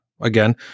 again